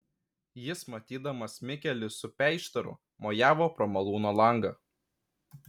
jis matydamas mikelį su peištaru mojavo pro malūno langą